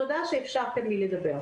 תודה שאפשרתם לי לדבר.